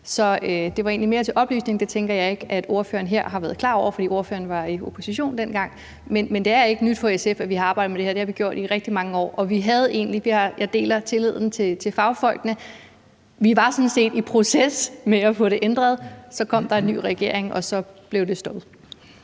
egentlig mere til oplysning, for det tænker jeg ikke ordføreren her har været klar over, fordi ordføreren var i opposition dengang. Det er ikke nyt for SF at arbejde med det her. Det har vi gjort i rigtig mange år. Jeg deler tilliden til fagfolkene. Vi var sådan set i proces med at få det ændret. Så kom der en ny regering, og så blev det stoppet.